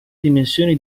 dimensione